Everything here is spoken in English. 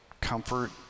comfort